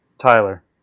Tyler